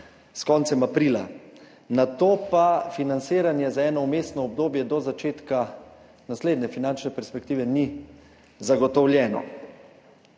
s koncem aprila, nato pa financiranje za eno vmesno obdobje do začetka naslednje finančne perspektive ni zagotovljeno.